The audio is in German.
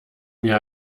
mir